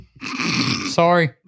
Sorry